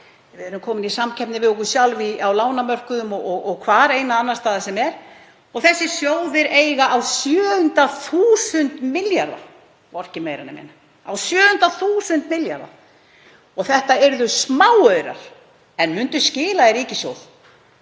Við erum komin í samkeppni við okkur sjálf á lánamörkuðum og hvar annars staðar sem er. Þessir sjóðir eiga á sjöunda þúsund milljarða, hvorki meira né minna en á sjöunda þúsund milljarða. Þetta yrðu smáaurar en myndu skila í ríkissjóð